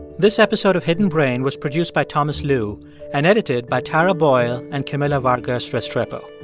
this episode of hidden brain was produced by thomas lu and edited by tara boyle and camila vargas-restrepo.